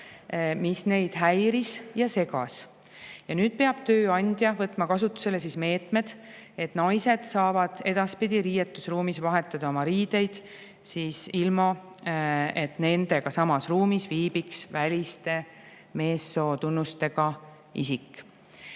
mis neid häiris ja segas. Ja nüüd peab tööandja võtma kasutusele meetmed, et naised saaksid edaspidi riietusruumis vahetada oma riideid, ilma et nendega samas ruumis viibiks väliste meessootunnustega isik.